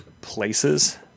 places